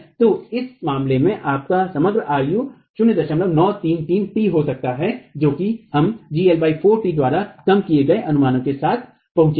तो इस मामले में आपका समग्र ru 0933 t हो सकता है जो कि हम gL4t द्वारा कम किए गए अनुमानों के साथ पहुंचे